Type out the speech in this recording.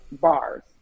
bars